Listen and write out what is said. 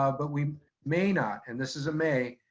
ah but we may not, and this is a may,